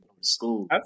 School